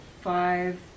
five